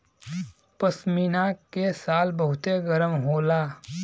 पश्मीना के शाल बहुते गरम होला